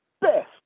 best